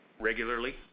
regularly